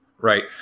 right